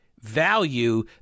value